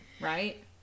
right